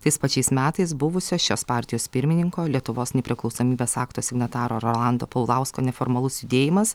tais pačiais metais buvusios šios partijos pirmininko lietuvos nepriklausomybės akto signataro rolando paulausko neformalus judėjimas